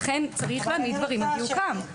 לכן צריך להעמיד דברים על דיוקם.